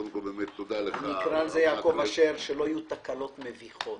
בעיקר שלא יהיו תקלות מביכות.